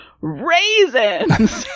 raisins